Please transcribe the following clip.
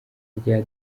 rya